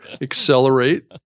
accelerate